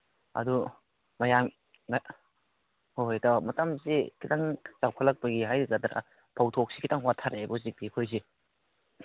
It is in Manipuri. ꯑꯗꯨ ꯃꯌꯥꯝ ꯍꯣꯏ ꯍꯣꯏ ꯏꯇꯥꯎ ꯃꯇꯝꯁꯤ ꯈꯤꯇꯪ ꯆꯥꯎꯈꯠꯂꯛꯄꯒꯤ ꯍꯥꯏꯒꯗ꯭ꯔꯥ ꯐꯧꯊꯣꯛꯁꯤ ꯈꯤꯇꯪ ꯋꯥꯠꯊꯔꯛꯑꯦꯕ ꯍꯧꯖꯤꯛꯇꯤ ꯑꯩꯈꯣꯏꯁꯦ